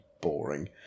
boring